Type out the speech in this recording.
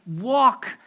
walk